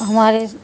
ہمارے